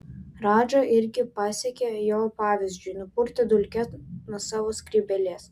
radža irgi pasekė jo pavyzdžiu nupurtė dulkes nuo savo skrybėlės